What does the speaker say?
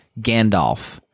gandalf